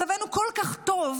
מצבנו כל כך טוב,